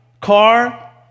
car